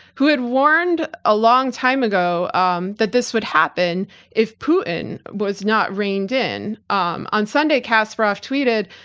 who had warned a long time ago um that this would happen if putin was not reined in. um on sunday kasparov tweeted,